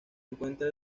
encuentra